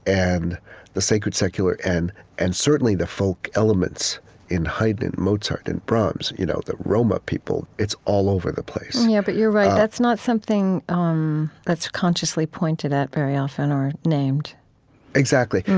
and the sacred, secular and and certainly the folk elements in haydn and mozart and brahms you know the roma people. it's all over the place yeah, but you're right. that's not something um that's consciously pointed at very often or named exactly.